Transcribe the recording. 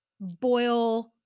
boil